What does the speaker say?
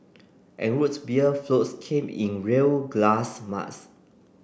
and Root Beer floats came in real glass mugs